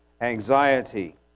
anxiety